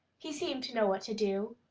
he seemed to know what to do.